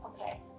okay